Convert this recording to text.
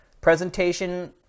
presentation